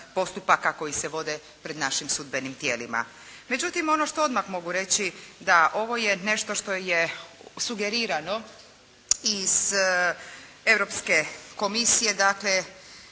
postupaka koji se vode pred našim sudbenim tijelima. Međutim ono što odmah mogu reći da ovo je nešto što je sugerirano iz Europske komisije dakle